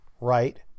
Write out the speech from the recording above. right